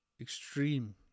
extreme